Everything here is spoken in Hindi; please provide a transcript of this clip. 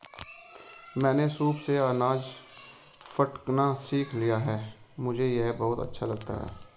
मैंने सूप से अनाज फटकना सीख लिया है मुझे यह बहुत अच्छा लगता है